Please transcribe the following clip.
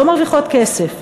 לא מרוויחות כסף,